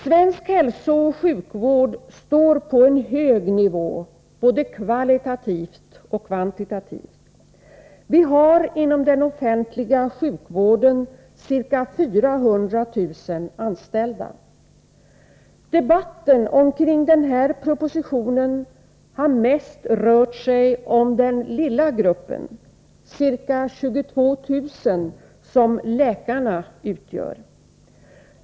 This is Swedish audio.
Svensk hälsooch sjukvård står på en hög nivå, både kvalitativt och kvantitativt. Vi har inom den offentliga sjukvården ca 400 000 anställda. Debatten omkring den här propositionen har mest rört sig om den lilla gruppen — ca 22 000 — som läkarna utgör.